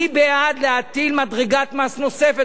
אני בעד להטיל מדרגת מס נוספת,